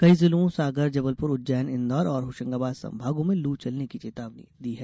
कई जिलों सागर जबलपुर उज्जैन इन्दौर और होशंगाबाद संभागों में लू चलने की चेतावनी दी है